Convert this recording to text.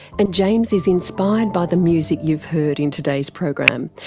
and james is inspired by the music you've heard in today's program,